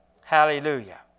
Hallelujah